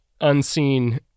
unseen